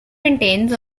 maintains